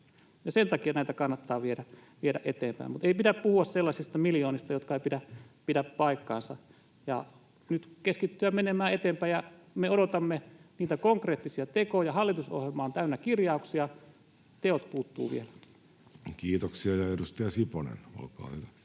Sen takia näitä kannattaa viedä eteenpäin, mutta ei pidä puhua sellaisista miljoonista, jotka eivät pidä paikkaansa. Nyt keskitytään menemään eteenpäin, ja me odotamme niitä konkreettisia tekoja. Hallitusohjelma on täynnä kirjauksia, teot puuttuvat vielä. Kiitoksia. — Edustaja Siponen, olkaa hyvä.